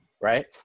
right